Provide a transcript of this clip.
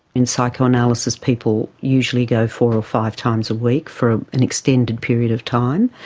in psychoanalysis people usually go four or five times a week for an extended period of time.